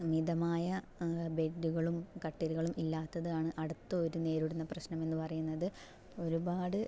അമിതമായ ബെഡ്ഡുകളും കട്ടിലുകളും ഇല്ലാത്തതാണ് അടുത്ത ഒരു നേരിടുന്ന പ്രശ്നം എന്ന് പറയുന്നത് ഒരുപാട്